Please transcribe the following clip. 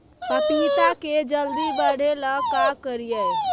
पपिता के जल्दी बढ़े ल का करिअई?